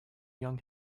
young